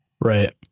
Right